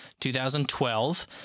2012